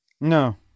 no